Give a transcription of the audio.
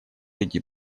эти